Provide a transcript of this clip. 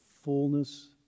fullness